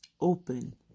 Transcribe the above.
open